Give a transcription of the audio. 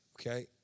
okay